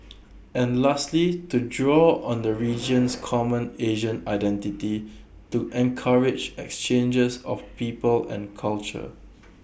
and lastly to draw on the region's common Asian identity to encourage exchanges of people and culture